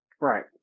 Right